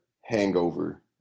hangover